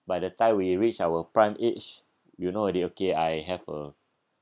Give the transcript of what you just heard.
by the time we reach our prime age you know already okay I have a